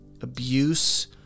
abuse